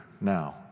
now